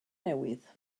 newydd